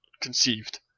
conceived